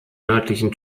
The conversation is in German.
nördlichen